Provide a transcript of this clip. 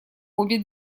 обе